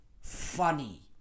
funny